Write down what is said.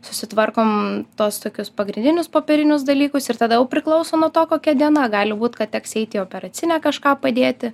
susitvarkom tuos tokius pagrindinius popierinius dalykus ir tada jau priklauso nuo to kokia diena gali būt kad teks eiti į operacinę kažką padėti